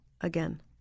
again